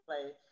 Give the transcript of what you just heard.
place